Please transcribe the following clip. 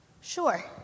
Sure